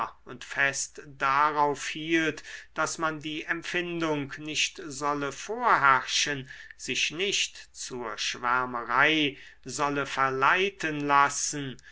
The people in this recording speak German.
und fest darauf hielt daß man die empfindung nicht solle vorherrschen sich nicht zur schwärmerei solle verleiten lassen